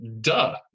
duh